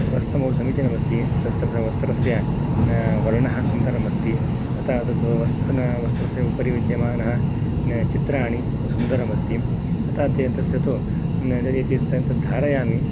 तद्वस्त्रं समीचीनम् अस्ति तत्र वस्त्रस्य वर्णं सुन्दरम् अस्ति तथा तत वस्त्रस्य उपरि विद्यमानाः चित्राणि सुन्दरम् अस्ति तथा ते तस्य तु धारयामि